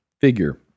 figure